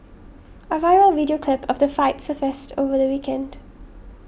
a viral video clip of the fight surfaced over the weekend